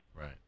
Right